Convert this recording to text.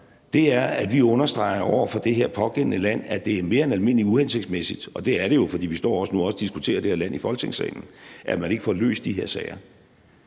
gør, er, at vi understreger over for det her pågældende land, at det er mere end almindeligt uhensigtsmæssigt – og det er det jo, for vi står nu også og diskuterer det her land i Folketingssalen – at man ikke får løst de her sager.